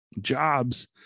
jobs